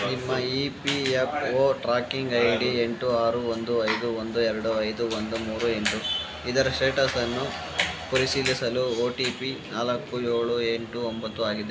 ನಿಮ್ಮ E P F O tracking I D ಎಂಟು ಆರು ಒಂದು ಐದು ಒಂದು ಎರಡು ಐದು ಒಂದು ಮೂರು ಎಂಟು ಇದರ ಸ್ಟೇಟಸ್ ಅನ್ನು ಪರಿಶೀಲಿಸಲು ಒ ಟಿ ಪಿ ನಾಲ್ಕು ಏಳು ಎಂಟು ಒಂಬತ್ತು ಆಗಿದೆ